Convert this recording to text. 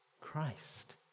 Christ